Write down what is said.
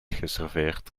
geserveerd